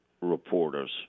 reporters